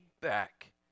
back